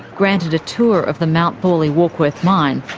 granted a tour of the mount thorley warkworth mine,